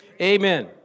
Amen